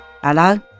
Hello